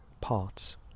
parts